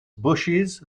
bushes